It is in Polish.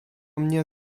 mnie